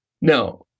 No